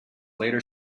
later